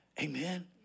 Amen